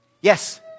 Yes